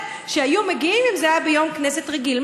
שהיו מגיעים אם זה היה ביום כנסת רגיל.